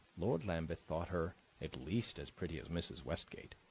lord lambeth thought her at least as pretty as mrs. westgate,